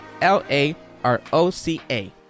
L-A-R-O-C-A